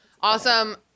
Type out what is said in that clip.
awesome